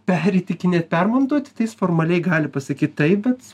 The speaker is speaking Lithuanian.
perįtikinėt permontuoti tai jis formaliai gali pasakyti taip bet